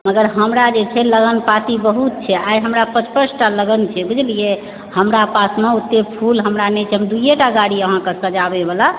मगर हमरा जे छै लगन पाती बहुत छै आइ हमरा पॉंच पॉंच टा लगन छै बुझलियै हमरा पास ने पट फुल नहि यऽ तऽ दूये टा गाड़ी सजाबय वाला